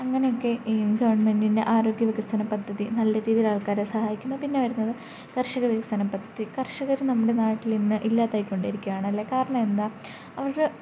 അങ്ങനെയൊക്കെ ഈ ഗവൺമെൻറ്റിൻ്റെ ആരോഗ്യ വികസന പദ്ധതി നല്ല രീതിയിലാൾക്കാരെ സഹായിക്കുന്നു പിന്നെ വരുന്നത് കർഷക വികസന പദ്ധതി കർഷകർ നമ്മുടെ നാട്ടിൽ ഇന്ന് ഇല്ലാതായിക്കൊണ്ടിരിക്കുകയാണ് അല്ലേ കാരണം എന്താ അവരുടെ